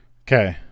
Okay